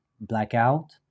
blackout